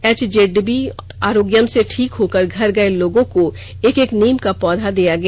HZB Arogyam से ठीक होकर घर गए लोगों को एक एक नीम का पौधा दिया गया